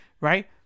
right